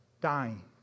dying